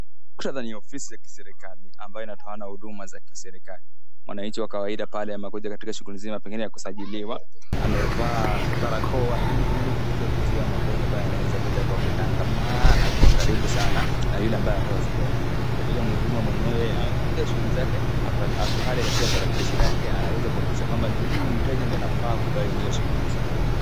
Muktadha ni wa ofisi za kiserikali ambayo inatoa huduma za kiserikali. Mwananchi wa kawaida pale amekuja katika shughuli nzima, pengine ya kusajiliwa. Amevaa baraka ili pengine kuweza kuzuia magonjwa ambayo yanaweza kuja kwa kutangamana kwa karibu sana na yule ambaye anatoa zile huduma. Vilevile mhudumu mwenyewe katika shughuli zake ako pale katika tarakilishi lake anaweza kuhakikisha kwamba ni huyu mteja ndiye anafaa kupata zile shughuli nzima.